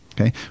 Okay